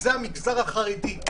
וזה המגזר החרדי,